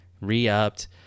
re-upped